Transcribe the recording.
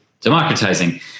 democratizing